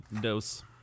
dose